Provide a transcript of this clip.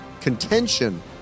contention